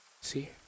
see